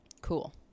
cool